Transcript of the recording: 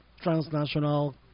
transnational